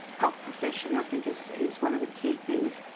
health profession, i think, is is one of the key things.